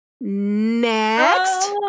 next